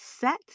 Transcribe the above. set